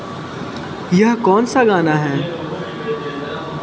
यह कौन सा गाना है